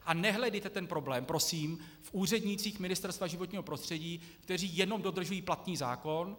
A nehledejte ten problém, prosím, v úřednících Ministerstva životního prostředí, kteří jenom dodržují platný zákon.